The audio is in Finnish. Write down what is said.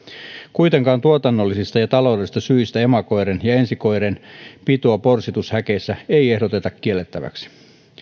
kuitenkaan tuotannollisista ja taloudellisista syistä emakoiden ja ensikoiden pitoa porsitushäkeissä ei ehdoteta kiellettäväksi